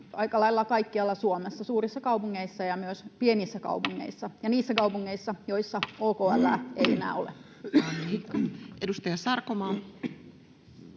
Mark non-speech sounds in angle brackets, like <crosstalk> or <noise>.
aika lailla kaikkialla Suomessa suurissa kaupungeissa ja myös pienissä kaupungeissa <noise> ja niissä kaupungeissa, joissa OKL:ää ei enää ole. [Speech